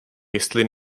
jestli